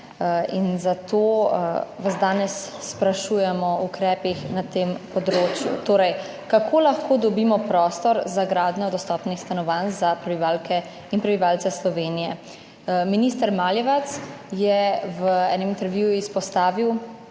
in zato vas danes sprašujemo o ukrepih na tem področju. Zanima me torej: Kako lahko dobimo prostor za gradnjo dostopnih stanovanj za prebivalke in prebivalce Slovenije? Minister Maljevac je v enem intervjuju izpostavil,